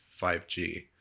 5G